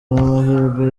n’amahirwe